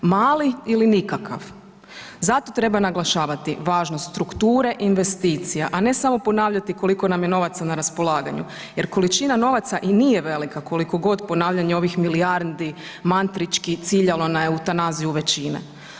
Mali ili nikakav, zato treba naglašavati važnost strukture investicija, a ne samo ponavljati koliko nam je novaca na raspolaganju jer količina novaca i nije velika koliko god ponavljanje onih milijardi mantrički ciljalo na eutanaziju većine.